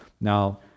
Now